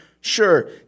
Sure